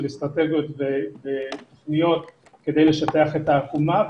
אסטרטגיות ותוכניות כדי לשטח את העקומה,